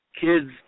kids